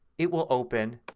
it will open